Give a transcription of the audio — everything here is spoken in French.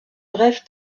bref